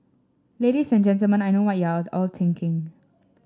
ladies and Gentlemen I know what you're all thinking